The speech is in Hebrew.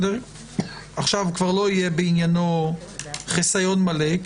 עכשיו כבר לא יהיה בעניינו חיסיון מלא,